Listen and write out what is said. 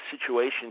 situation